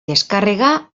descàrrega